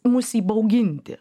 mus įbauginti